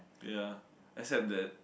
ya except that